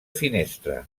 finestra